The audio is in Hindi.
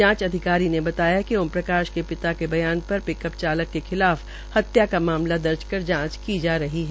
जांच अधिकारी ने बताया कि ओम प्रकाश के पिता के बयान पर पिकअप चालक के खिलाफ हत्या का मामला दर्ज कर जांच की जा रही है